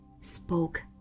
spoke